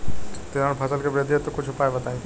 तिलहन फसल के वृद्धि हेतु कुछ उपाय बताई?